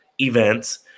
events